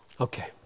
Okay